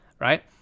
right